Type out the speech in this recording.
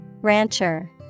Rancher